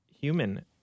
human